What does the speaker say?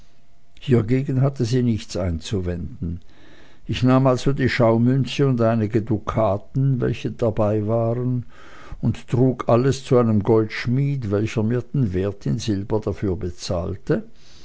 hiegegen hatte sie nichts einzuwenden ich nahm also die schaumünze und einige dukaten welche dabei waren und trug alles zu einem goldschmied welcher mir den wert in silber dafür bezahlte